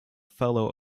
fellow